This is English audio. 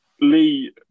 Lee